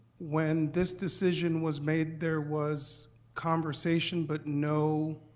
when this decision was made, there was conversation but no